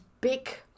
big